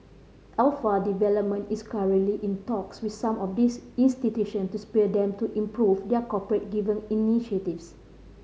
Alpha Development is currently in talks with some of these institution to spur them to improve their corporate giving initiatives